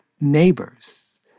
neighbors